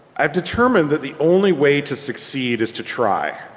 i've determined that the only way to succeed is to try.